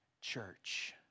church